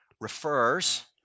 refers